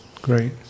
great